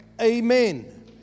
amen